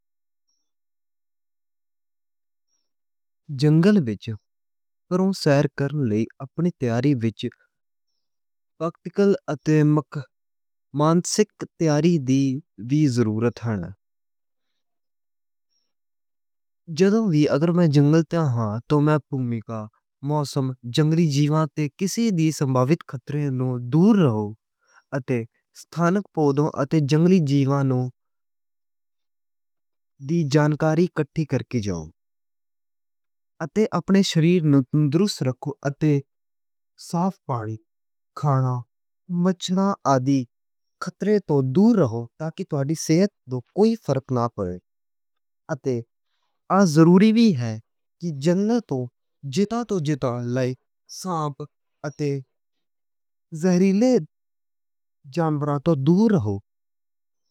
جنگل وچوں پھر میں سیر کرنے لئی اپنی طبیعت وچ پریکٹیکل اتے مضبوط مانسک طبیعت دی وی ضرورتاں۔ جدوں وی اگر میں جنگل توں ہاں تو میں زمین دا موسم، جنگلی جیواں تے کسی دی سمبھَوِت خطرے نوں دور رہوں۔ اتے ستھانک پودے اتے دی جانکاری کتھے کر کے جاں۔ اتے اپنے شریر نوں تندرست رکھ اتے صاف پانی، کھانا بچاؤ آدی خطرے توں دور رہو۔ تاکہ توہادی صحت تے کوئی فرق نہ پئے۔ اتے آج ضروری وی ہے جنگلاں تے جِندر توں جِندا لئی سَبھ اتے زہریلے جانداراں توں دور رہو۔